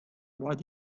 what